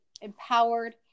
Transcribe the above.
empowered